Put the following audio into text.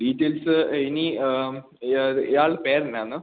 details ഇനി ഇയാളുടെ പേരെന്താണ്